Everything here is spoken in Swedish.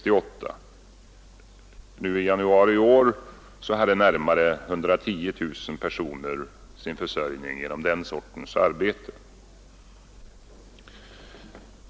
I januari i år hade närmare 110 000 personer sin försörjning genom arbete av det slaget.